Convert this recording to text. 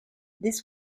this